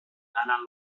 ganan